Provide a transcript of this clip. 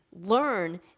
learn